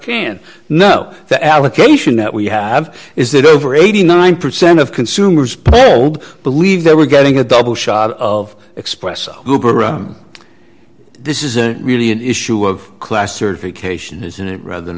can know the allocation that we have is that over eighty nine percent of consumers polled believe they were getting a double shot of espresso this isn't really an issue of class certification isn't it rather than